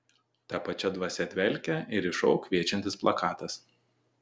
ta pačia dvasia dvelkia ir į šou kviečiantis plakatas